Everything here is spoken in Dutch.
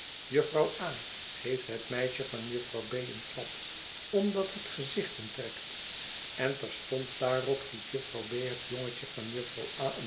geefb het meisje van jufvrouw b een klap omdat het gezichten trekt en terstond daarop giet jufvrouw b het jongetje van